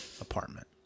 apartment